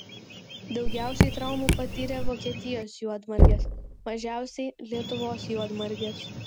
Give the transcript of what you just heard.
daugiausiai traumų patyrė vokietijos juodmargės mažiausiai lietuvos juodmargės